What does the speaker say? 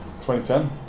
2010